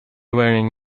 wearing